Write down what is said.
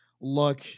look